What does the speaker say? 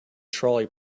trolley